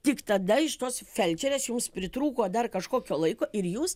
tik tada iš tos felčerės jums pritrūko dar kažkokio laiko ir jūs